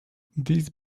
this